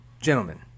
gentlemen